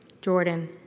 Jordan